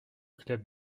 club